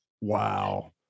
Wow